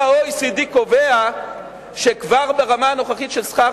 ה-OECD קובע שכבר ברמה הנוכחית של שכר